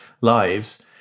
lives